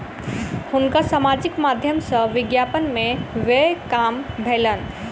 हुनका सामाजिक माध्यम सॅ विज्ञापन में व्यय काम भेलैन